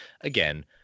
again